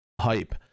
hype